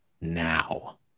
now